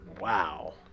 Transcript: Wow